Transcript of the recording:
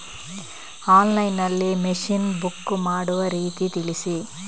Online ನಲ್ಲಿ machine book ಮಾಡುವ ರೀತಿ ತಿಳಿಸಿ?